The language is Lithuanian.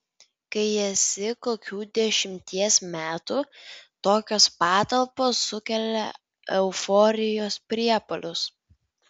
kai esi kokių dešimties metų tokios patalpos sukelia euforijos priepuolius